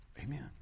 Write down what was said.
Amen